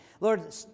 Lord